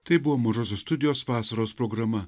tai buvo mažosios studijos vasaros programa